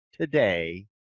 today